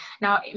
now